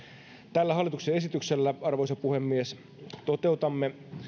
tällä hallituksen esityksellä arvoisa puhemies toteutamme